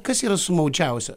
kas yra sumaučiausia